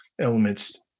elements